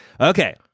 Okay